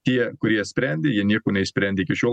tie kurie sprendė jie nieko neišsprendė iki šiol